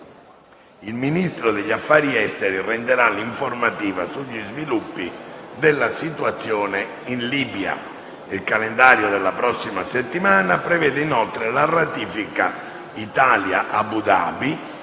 il Ministro degli affari esteri renderà l'informativa sugli sviluppi della situazione in Libia. Il calendario della prossima settimana prevede inoltre la ratifica Italia-Abu Dhabi